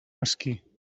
mesquí